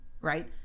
right